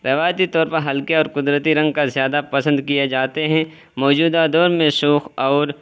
روایتی طور پر ہلکے اور قدرتی رنگ کا زیادہ پسند کیے جاتے ہیں موجودہ دور میں شوخ اور